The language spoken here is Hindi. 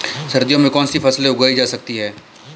सर्दियों में कौनसी फसलें उगाई जा सकती हैं?